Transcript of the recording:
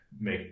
make